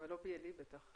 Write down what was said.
אבל לא BLE בטח.